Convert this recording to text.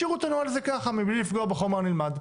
השאירו את הנוהל הזה ככה מבלי לפגוע בחומר הנלמד.